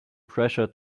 pressure